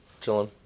Chilling